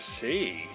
see